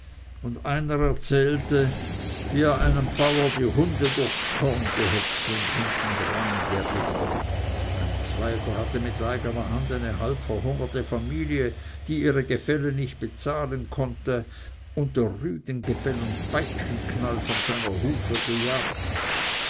und einer erzählte wie er einem bauer die hunde durchs korn gehetzt und hinten drein geritten ein zweiter hatte mit eigener hand eine halbverhungerte familie die ihre gefälle nicht bezahlen konnte und rüdengebell und peitschenknall von seiner hufe gejagt